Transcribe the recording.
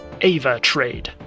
AvaTrade